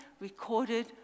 recorded